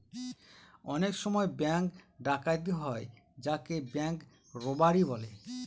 অনেক সময় ব্যাঙ্ক ডাকাতি হয় যাকে ব্যাঙ্ক রোবাড়ি বলে